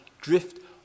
drift